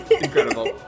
Incredible